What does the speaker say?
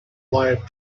life